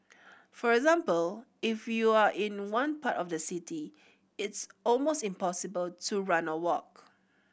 for example if you are in one part of the city it's almost impossible to run or walk